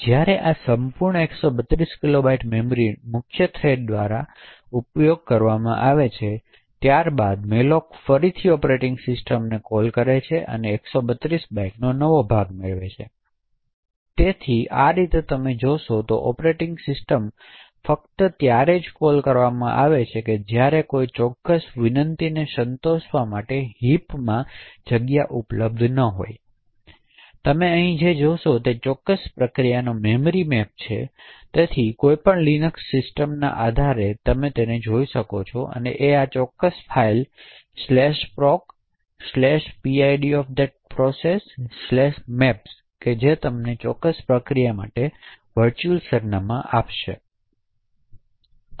હવે જ્યારે આ સંપૂર્ણ 132 કિલોબાઇટ મેમરીનો મુખ્ય થ્રેડ દ્વારા સંપૂર્ણપણે ઉપયોગ કરવામાં આવે છે ત્યારબાદ malloc ફરીથી ઑપરેટિંગ સિસ્ટમનો ઉપયોગ કરશે અને પછી 132 કિલોબાઇટ્સનો નવો ભાગ મેળવશે તેથી આ રીતે તમે જોશો કે ઑપરેટિંગ સિસ્ટમ ફક્ત ત્યારે જ ચાલુ થાય છે જ્યારે ત્યાં કોઈ ચોક્કસ વિનંતીને સંતોષવા માટે હિપ વિભાગમાં ઉપલબ્ધ જગ્યા નથી તેથી તમે અહીં જે જોશો તે ચોક્કસ પ્રક્રિયાનો મેમરી મેપ છે તેથી કોઈપણ લિનક્સ આધારિત સિસ્ટમ જો તમે આ ચોક્કસ ફાઇલને procPID of that processmaps તે તમને તે ચોક્કસ પ્રક્રિયા માટે સંપૂર્ણ વર્ચુઅલ સરનામાં સ્થાન આપશે